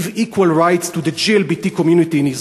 Give equal rights to the GLBT community in Israel.